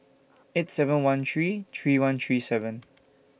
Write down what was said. eight seven one three three one three seven